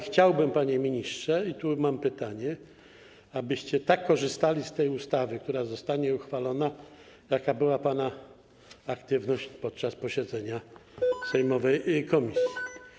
Chciałbym, panie ministrze - i tu mam pytanie - abyście tak korzystali z tej ustawy, która zostanie uchwalona, jaka była pana aktywność podczas posiedzenia sejmowej komisji.